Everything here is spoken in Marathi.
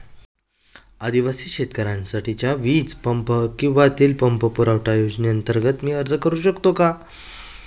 आदिवासी शेतकऱ्यांसाठीच्या वीज पंप किंवा तेल पंप पुरवठा योजनेअंतर्गत मी अर्ज करू शकतो का?